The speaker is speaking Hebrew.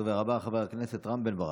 הדובר הבא, חבר הכנסת רם בן ברק,